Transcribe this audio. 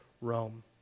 Rome